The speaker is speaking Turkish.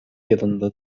yılında